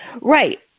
Right